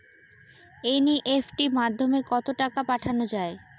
NEFT মাধ্যমে কত টাকা পাঠানো যায়?